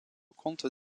compte